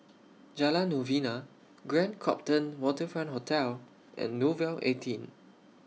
Jalan Novena Grand Copthorne Waterfront Hotel and Nouvel eighteen